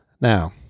Now